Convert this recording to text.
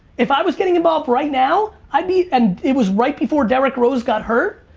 if i was getting involved right now, i'd be and it was right before derrick rose got hurt,